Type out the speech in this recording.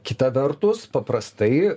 kita vertus paprastai